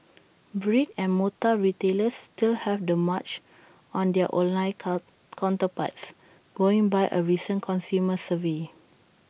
brick and mortar retailers still have the March on their online cut counterparts going by A recent consumer survey